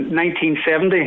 1970